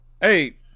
Hey